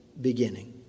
beginning